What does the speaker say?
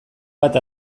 bat